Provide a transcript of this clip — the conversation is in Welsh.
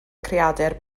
creadur